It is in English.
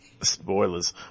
Spoilers